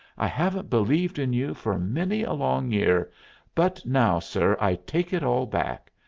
i haven't believed in you for many a long year but now, sir, i take it all back.